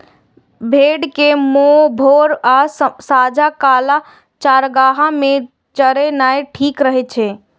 भेड़ कें भोर आ सांझ काल चारागाह मे चरेनाय ठीक रहै छै